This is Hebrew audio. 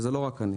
וזה לא רק אני.